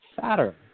Saturn